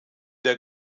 der